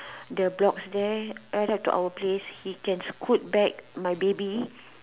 the blocks there right up to our place he can scoot back my baby